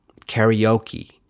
karaoke